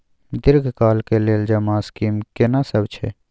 दीर्घ काल के लेल जमा स्कीम केना सब छै?